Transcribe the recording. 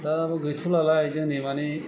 दा गैथ'लालाय जोंनि माने